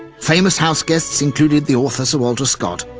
famous house guests included the author sir walter scott,